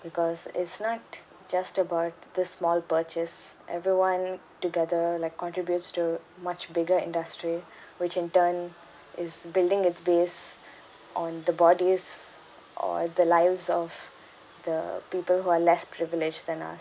because it's not just about the small purchase everyone together like contributes to much bigger industry which in turn is building its base on the bodies or the lives of the people who are less privileged than us